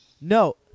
No